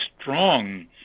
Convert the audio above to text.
strong